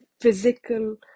physical